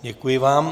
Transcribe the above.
Děkuji vám.